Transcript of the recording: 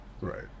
Right